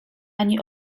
ani